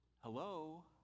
hello